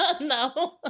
no